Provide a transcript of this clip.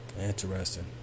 interesting